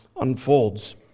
unfolds